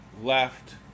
left